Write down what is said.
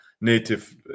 native